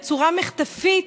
בצורה מחטפית,